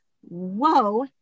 Whoa